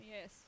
Yes